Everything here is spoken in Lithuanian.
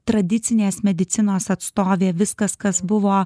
tradicinės medicinos atstovė viskas kas buvo